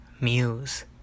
muse